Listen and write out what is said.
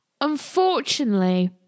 Unfortunately